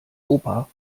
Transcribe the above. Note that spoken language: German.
opa